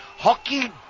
Hockey